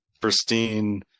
pristine